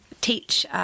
teach